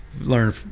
learn